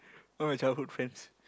all my childhood friend